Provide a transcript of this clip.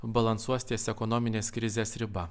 balansuos ties ekonominės krizės riba